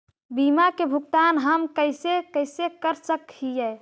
बीमा के भुगतान हम कैसे कैसे कर सक हिय?